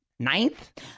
Ninth